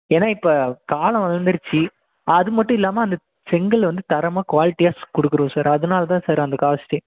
ஏன்னால் இப்போ காலம் வளர்ந்துடுச்சி அதுமட்டும் இல்லாமல் அந்த செங்கல் வந்து தரமாக குவாலிட்டியாக கொடுக்குறோம் சார் அதனால் தான் சார் அந்த காஸ்ட்டே